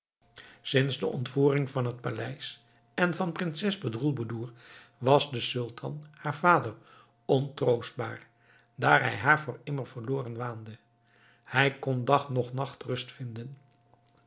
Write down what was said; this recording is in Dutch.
sinds de ontvoering van het paleis en van prinses bedroelboedoer was de sultan haar vader ontroostbaar daar hij haar voor immer verloren waande hij kon dag noch nacht rust vinden